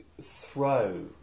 throw